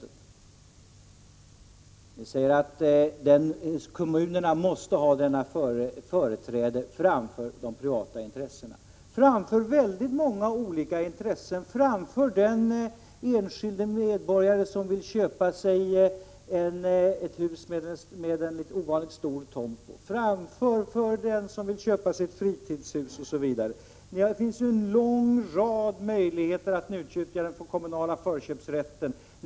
Ni säger att kommunerna måste ha detta företräde framför de privata intressena — framför många olika intressen: Framför den enskilde medborgare som vill köpa sig ett hus med en ovanligt stor tomt, framför den som vill köpa sig ett fritidshus, osv. Det finns en lång rad möjligheter att utnyttja den kommunala förköpsrätten.